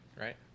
right